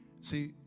See